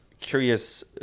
curious